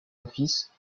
offices